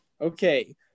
Okay